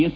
S